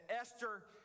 Esther